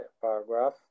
paragraph